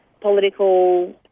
political